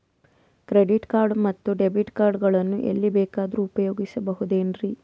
Credit card ಮತ್ತು debit card ಗಳನ್ನು ಎಲ್ಲಿ ಬೇಕಾದ್ರು ಉಪಯೋಗಿಸಬಹುದೇನ್ರಿ?